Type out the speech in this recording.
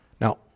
Now